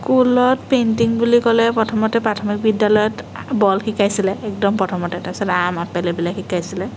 স্কুলত পেইণতিং বুলি ক'লে প্ৰথমতে প্ৰাথমিক বিদ্যালয়ত বল শিকাইছিলে একদম প্ৰথমতে তাৰপিছত আম আপেল এইবিলাক শিকাইছিলে